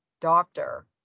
doctor